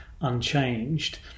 unchanged